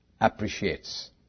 Appreciates